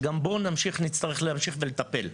שגם בו נצטרך להמשיך ולטפל.